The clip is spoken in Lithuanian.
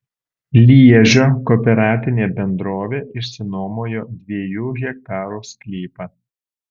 liežio kooperatinė bendrovė išsinuomojo dviejų hektarų sklypą